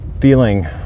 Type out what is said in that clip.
feeling